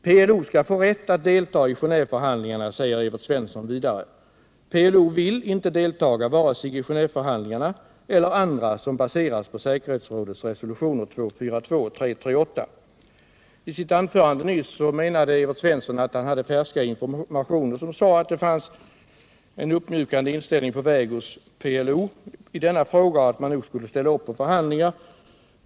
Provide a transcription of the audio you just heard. ”PLO skall få rätt att delta i Genéveförhandlingarna”, säger Evert Svensson vidare. PLO vill inte deltaga i vare sig Genéveförhandlingar eller andra, som baseras på säkerhetsrådets resolutioner 242 och 338. I sitt anförande nyss sade Evert Svensson att han hade färska informationer om att en uppmjukad inställning var på väg hos PLO i denna fråga och att PLO nu skulle ställa upp för förhandlingar.